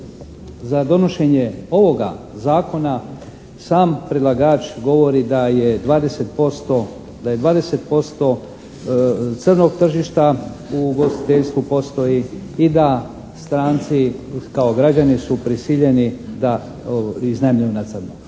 za donošenje ovoga Zakona sam predlagač govori da je 20%, da je 20% crnog tržišta u ugostiteljstvu postoji i da stranci kao građani su prisiljeni da iznajmljuju na crno.